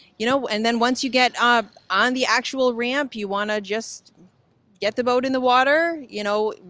you know and then once you get um on the actual ramp, you want to just get the boat in the water. you know,